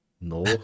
No